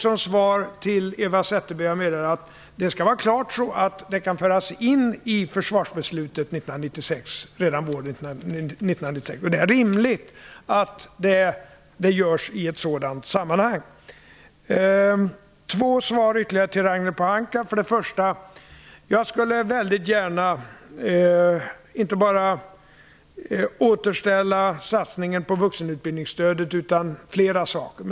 Som svar till Eva Zetterberg vill jag meddela att det skall vara klart så att det kan föras in i försvarsbeslutet redan våren 1996. Det är rimligt att detta görs i ett sådant sammanhang. Ytterligare två svar till Ragnhild Pohanka. Jag skulle väldigt gärna vilja återställa inte bara satsningen på vuxenutbildningsstödet utan också flera andra saker.